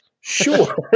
sure